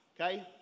okay